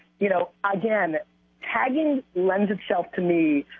you know, again tagging lends itself, to me,